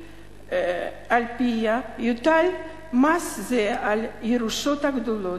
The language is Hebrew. שעל-פיה יוטל מס זה על ירושות גדולות,